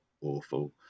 awful